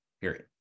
period